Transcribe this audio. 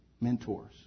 mentors